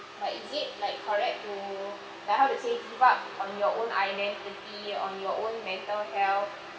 like is it like correct to like how to say give up on your own identity on your own mental health